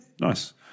nice